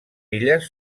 illes